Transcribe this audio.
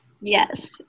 Yes